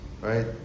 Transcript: right